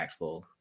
impactful